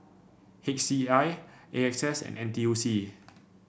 H C I A X S and N T U C